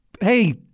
Hey